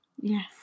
yes